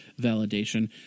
validation